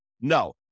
no